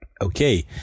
Okay